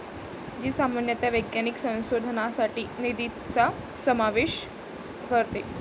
जी सामान्यतः वैज्ञानिक संशोधनासाठी निधीचा समावेश करते